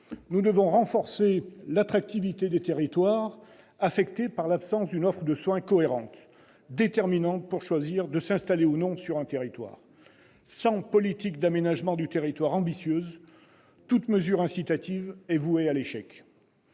Nous devons renforcer l'attractivité des territoires affectés par l'absence d'une offre de soins cohérente, critère déterminant pour choisir de s'installer ou non sur un territoire. Sans politique d'aménagement du territoire ambitieuse, toute mesure incitative est vouée à l'échec.